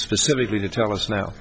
specifically to tell us now